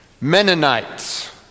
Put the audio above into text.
Mennonites